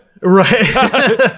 Right